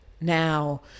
Now